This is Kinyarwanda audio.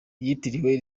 yitiriwe